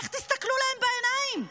איך תסתכלו להם בעיניים?